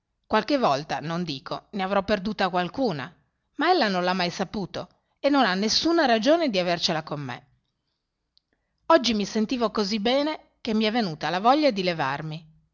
qualche volta non dico ne avrò perduta qualcuna ma ella non l'ha mai saputo e non ha nessuna ragione di avercela con me oggi mi sentivo così bene che mi è venuta la voglia di levarmi